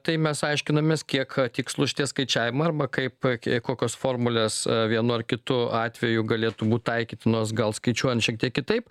tai mes aiškinomės kiek tikslūs šitie skaičiavimai arba kaip kokios formulės vienu ar kitu atveju galėtų būt taikytinos gal skaičiuojant šiek tiek kitaip